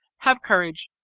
have courage.